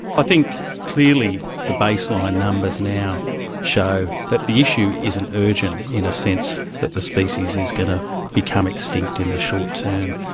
i think clearly the baseline numbers now show that the issue isn't urgent in a sense that the species is going to become extinct in the short term.